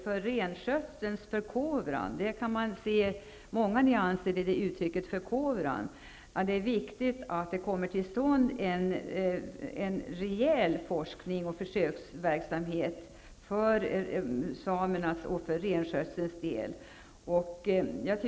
För renskötselns förkovran -- man kan se många nyanser i uttrycket förkovran -- är det viktigt att det kommer till stånd en rejäl forskning och försöksverksamhet för samernas och renskötselns del.